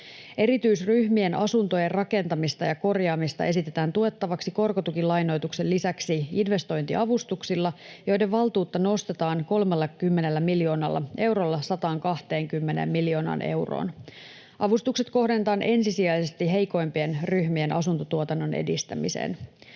Erityisryhmien asuntojen rakentamista ja korjaamista esitetään tuettavaksi korkotukilainoituksen lisäksi investointiavustuksilla, joiden valtuutta nostetaan 30 miljoonalla eurolla 120 miljoonaan euroon. Avustukset kohdennetaan ensisijaisesti heikoimpien ryhmien asuntotuotannon edistämiseen.